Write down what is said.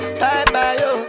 bye-bye-yo